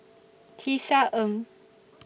Tisa Ng